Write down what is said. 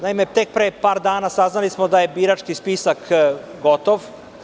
Naime, tek pre par dana saznali smo da je birački spisak gotov.